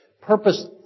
purpose